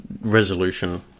resolution